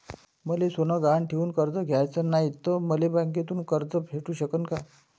मले सोनं गहान ठेवून कर्ज घ्याचं नाय, त मले बँकेमधून कर्ज भेटू शकन का?